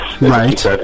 Right